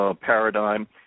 paradigm